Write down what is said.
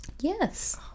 Yes